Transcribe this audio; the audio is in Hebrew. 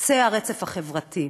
קצה הרצף החברתי,